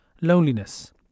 Loneliness